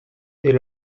est